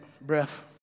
breath